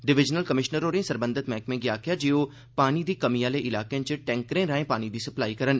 divisional commissioner होरें सरबंधत मैहकमे गी आखेआ जे ओह पानी दी कमी आहले इलार्के च टैंकर्रे राएं पानी दी सप्लाई करन